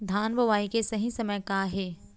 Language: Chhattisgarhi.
धान बोआई के सही समय का हे?